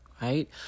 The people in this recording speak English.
Right